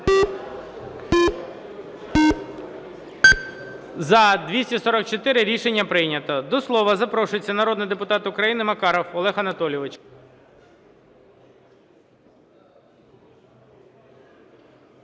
За-244 Рішення прийнято. До слова запрошується народний депутат України Макаров Олег Анатолійович.